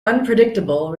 unpredictable